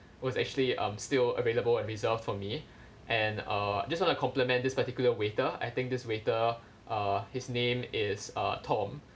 was actually um still available and reserved for me and uh just want to compliment this particular waiter I think this waiter uh his name is uh tom